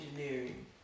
engineering